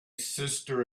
sister